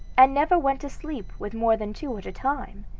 and never went to sleep with more than two at a time,